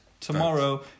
Tomorrow